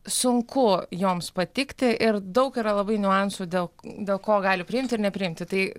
sunku joms patikti ir daug yra labai niuansų dėl dėl ko gali priimti ir nepriimti tai